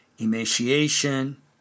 emaciation